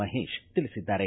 ಮಹೇಶ್ ತಿಳಿಸಿದ್ದಾರೆ